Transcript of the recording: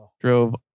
Drove